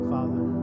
Father